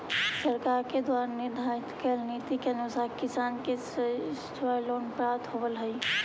सरकार के द्वारा निर्धारित कैल नीति के अनुसार किसान के सब्सिडाइज्ड लोन प्राप्त होवऽ हइ